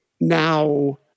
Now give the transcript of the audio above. now